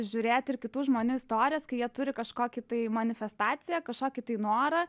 žiūrėt ir kitų žmonių istorijas kai jie turi kažkokį tai manifestaciją kažkokį tai norą